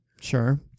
Sure